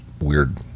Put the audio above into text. weird